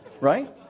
right